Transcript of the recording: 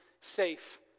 safe